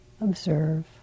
observe